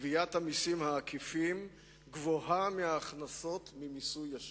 גביית המסים העקיפים גבוהה מההכנסות ממיסוי ישיר.